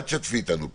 אל תשתפי איתנו פעולה.